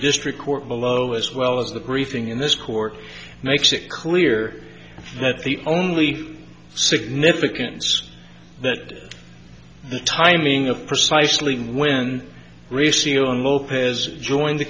district court below as well as the briefing in this court makes it clear that the only significance that the timing of precisely when resealing lopez joined the